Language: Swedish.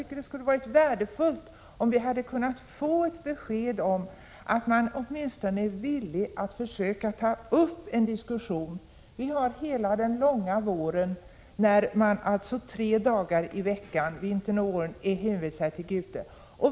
Det skulle ha varit värdefullt om vi hade kunnat få ett besked om att man åtminstone är villig att ta upp en diskussion. Man är under hela den långa vintern och våren tre dagar i veckan hänvisad till Gute.